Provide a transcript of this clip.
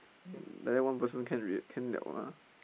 like that one person can read can [liao] ah